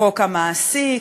"חוק המעסיק",